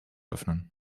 öffnen